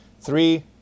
Three